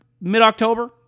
mid-October